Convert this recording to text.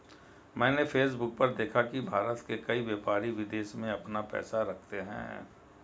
मैंने फेसबुक पर देखा की भारत के कई व्यापारी विदेश में अपना पैसा रखते हैं